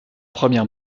première